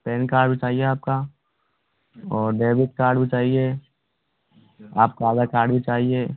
pan card भी चाहिए आपका और डेबिट कार्ड भी चाहिए आप का आधार कार्ड भी चाहिए